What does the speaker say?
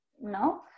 No